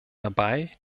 dabei